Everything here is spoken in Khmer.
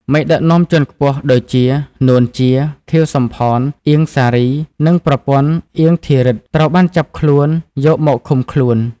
មេដឹកនាំជាន់ខ្ពស់ដូចជា នួន ជា, ខៀវ សំផន, អៀង សារី និងប្រពន្ធ អៀង ធីរិទ្ធ ត្រូវបានចាប់ខ្លួនយកមកឃុំខ្លួន។